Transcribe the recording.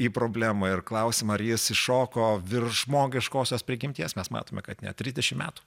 į problemą ir klausimą ar jis iššoko virš žmogiškosios prigimties mes matome kad net trisdešimt metų